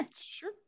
sure